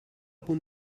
punt